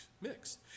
mix